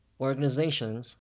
organizations